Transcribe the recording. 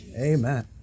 Amen